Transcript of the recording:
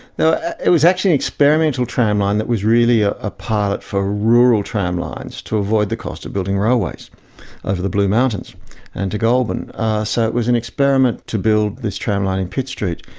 it was actually an experimental tramline that was really a ah pilot for rural tramlines, to avoid the cost of building railways over the blue mountains and to goulburn. so it was an experiment to build this tramline in pitt street.